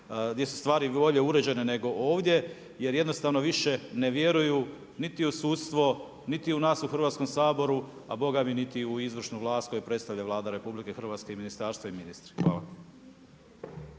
gdje su stvari bolje uređene nego ovdje jer jednostavno više ne vjeruju niti u sudstvo niti nas u Hrvatskom saboru, a bogami niti u izvršnu vlast koji predstavlja Vlada RH i ministarstva i ministri. Hvala.